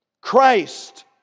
Christ